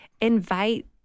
invite